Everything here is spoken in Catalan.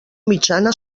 mitjana